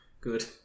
Good